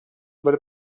bel